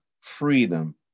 freedom